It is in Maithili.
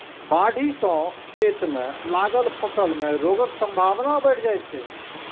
बाढ़ि सं खेत मे लागल फसल मे रोगक संभावना बढ़ि जाइ छै